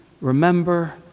remember